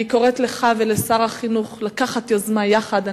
אני קוראת לך ולשר החינוך לקחת יוזמה יחד.